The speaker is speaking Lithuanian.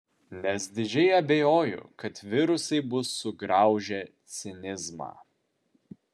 nes didžiai abejoju kad virusai bus sugraužę cinizmą